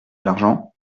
l’argent